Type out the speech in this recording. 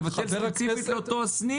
לבטל שירות ספציפי לאותו סניף?